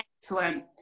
Excellent